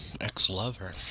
ex-lover